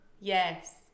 Yes